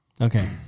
Okay